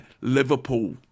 Liverpool